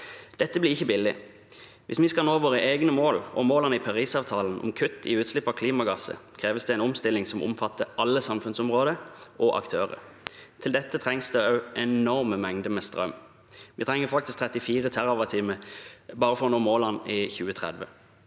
Dette blir ikke billig. Hvis vi skal nå våre egne mål og målene i Parisavtalen om kutt i utslipp av klimagasser, kreves det en omstilling som omfatter alle samfunnsområder og -aktører. Til dette trengs det også enorme mengder med strøm. Vi trenger faktisk 34 TWh bare for å nå målene i 2030.